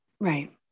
Right